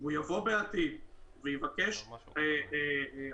והוא יבוא בעתיד ויבקש הלוואה,